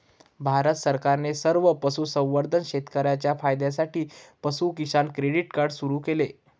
भारत सरकारने सर्व पशुसंवर्धन शेतकर्यांच्या फायद्यासाठी पशु किसान क्रेडिट कार्ड सुरू केले